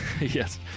Yes